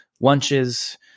lunches